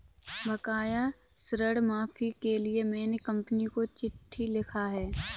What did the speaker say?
बकाया ऋण माफी के लिए मैने कंपनी को चिट्ठी लिखा है